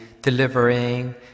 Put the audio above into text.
delivering